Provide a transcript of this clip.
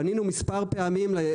פנינו מספר פעמים לרשות המוסמכת.